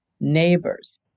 Neighbors